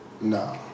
No